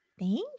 Thank